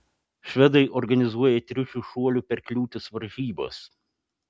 švedai organizuoja triušių šuolių per kliūtis varžybas